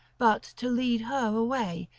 but to lead her away,